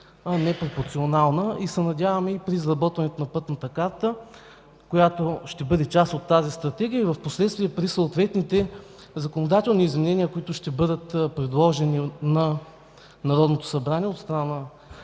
не пропорционална. Надяваме се при изработването на пътната карта, която ще бъде част от тази Стратегия и впоследствие при съответните законодателни изменения, които ще бъдат предложени на Народното събрание от страна